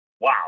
Wow